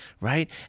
right